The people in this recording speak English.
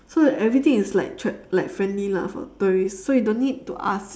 so everything is like tr~ like friendly lah for tourist so you don't need to ask